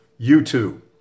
YouTube